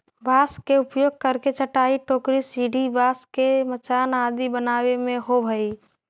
बाँस के उपयोग करके चटाई, टोकरी, सीढ़ी, बाँस के मचान आदि बनावे में होवऽ हइ